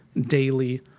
daily